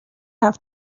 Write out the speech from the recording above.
have